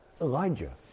Elijah